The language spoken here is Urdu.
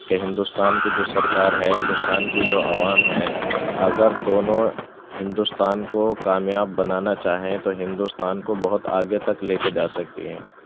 کہ ہندوستان کی جو سرکار ہے ہندوستان کی جو عوام ہے اگر دونوں ہندوستان کو کامیاب بنانا چاہیں تو ہندوستان کو بہت آگے تک لے کے جا سکتی ہیں